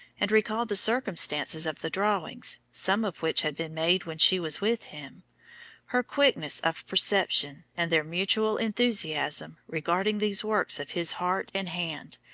and recalled the circumstances of the drawings, some of which had been made when she was with him her quickness of perception, and their mutual enthusiasm regarding these works of his heart and hand,